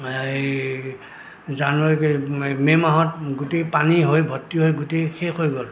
এই January May মাহত গোটেই পানী হৈ ভৰ্তি হৈ গোটেই শেষ হৈ গ'ল